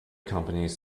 companies